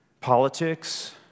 politics